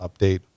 update